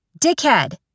dickhead